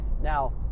Now